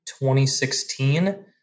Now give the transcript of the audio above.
2016